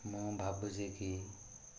ମୁଁ ଭାବୁଚି କି